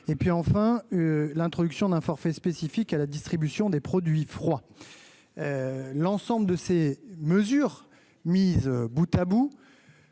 et puis enfin l'introduction d'un forfait spécifique à la distribution des produits froids. L'ensemble de ces mesures mises Boutabout